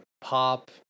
pop